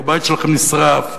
הבית שלכם נשרף,